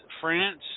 France